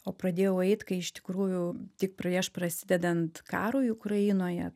o pradėjau eit kai iš tikrųjų tik prieš prasidedant karui ukrainoje